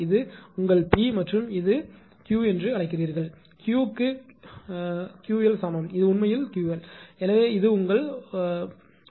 இது உங்கள் P மற்றும் இதை நீங்கள் Q என்று அழைக்கிறீர்கள் Q க்கு 𝑄𝑙 சமம் இது உண்மையில் 𝑄𝑙 எனவே இது உங்கள் ஓ புள்ளி என்று சொல்வது சரி